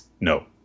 no